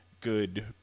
good